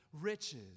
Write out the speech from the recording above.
riches